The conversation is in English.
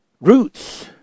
roots